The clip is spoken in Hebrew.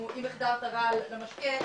אם הוחדר כרעל למשקה